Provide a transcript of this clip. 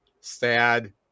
sad